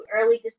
early